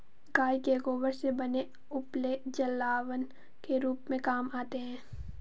गाय के गोबर से बने उपले जलावन के रूप में काम आते हैं